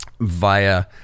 via